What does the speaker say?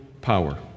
power